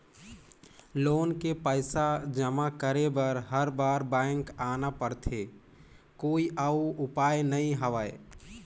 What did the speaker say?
Loan के पईसा जमा करे बर हर बार बैंक आना पड़थे कोई अउ उपाय नइ हवय?